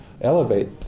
elevate